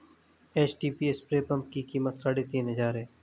HTP spray pump की कीमत साढ़े तीन हजार है